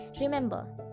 Remember